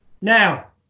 Now